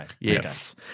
Yes